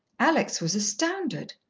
alex was astounded.